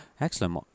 Excellent